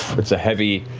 it's a heavy,